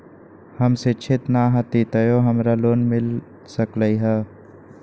हम शिक्षित न हाति तयो हमरा लोन मिल सकलई ह?